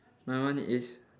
my one is